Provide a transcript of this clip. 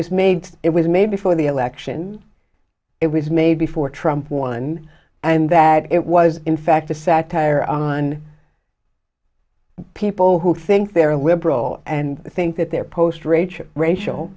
was made it was made before the election it was made before trump one and that it was in fact a satire on people who think they're liberal and think that their post ra